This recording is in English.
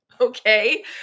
Okay